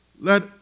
let